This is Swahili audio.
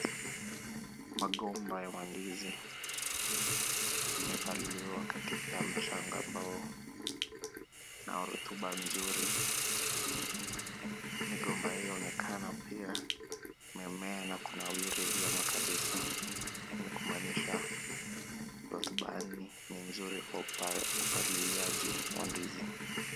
Magomba ya mandizi, umepaliliwa katika mchanga ambao una rutuba nzuri. Migomba hiyo inaonekana pia, imemea na kunawiri vyema kabisa. Hii ni kumanisha, rutubani ni nzuri kwa upaliliaji wa ndizi.